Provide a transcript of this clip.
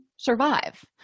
survive